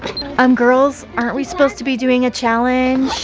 um girls, aren't we supposed to be doing a challenge?